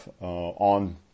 on